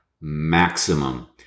maximum